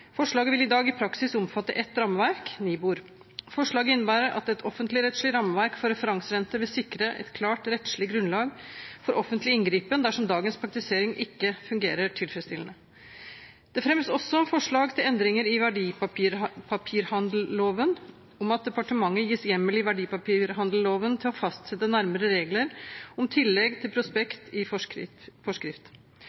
Forslaget vil i dag i praksis omfatte ett rammeverk – Nibor. Forslaget innebærer at et offentligrettslig rammeverk for referanserenter vil sikre et klart rettslig grunnlag for offentlig inngripen dersom dagens praktisering ikke fungerer tilfredsstillende. Det fremmes også forslag til endringer i verdipapirhandelloven om at departementet gis hjemmel i verdipapirhandelloven til å fastsette nærmere regler om tillegg til prospekt i forskrift.